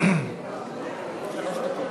אדוני השר,